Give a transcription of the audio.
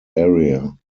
area